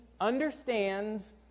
Understands